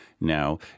now